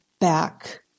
back